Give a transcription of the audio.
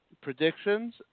predictions